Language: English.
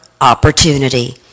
opportunity